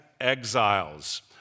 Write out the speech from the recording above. exiles